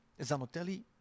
Zanotelli